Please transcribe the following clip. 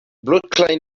brooklyn